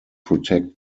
protect